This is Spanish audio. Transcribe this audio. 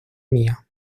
mia